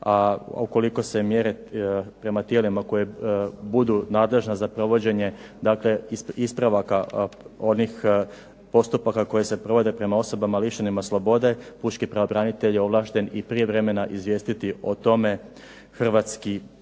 A ukoliko se mjere prema tijelima koja budu nadležna za provođenje dakle, ispravaka onih postupaka koje se provode prema osobama lišenih slobode, pučki pravobranitelj je ovlašten i prije vremena izvijestiti o tome Hrvatski sabor.